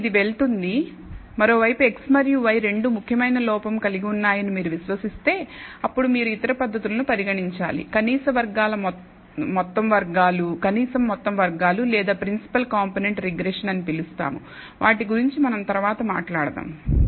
కాబట్టి ఇది వెళుతుంది మరోవైపు x మరియు y రెండూ ముఖ్యమైన లోపం కలిగి ఉన్నాయని మీరు విశ్వసిస్తే అప్పుడు మీరు ఇతర పద్ధతులను పరిగణించాలి కనీసం మొత్తం వర్గాలు లేదా ప్రిన్సిపల్ కాంపోనెంట్ రిగ్రెషన్ అని పిలుస్తాము వాటి గురించి మనం తర్వాత మాట్లాడదాం